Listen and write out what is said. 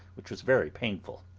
which was very painful.